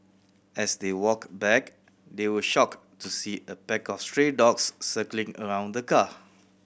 as they walked back they were shocked to see a pack of stray dogs circling around the car